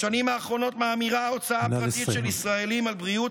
בשנים האחרונות מאמירה ההוצאה הפרטית של ישראלים על בריאות,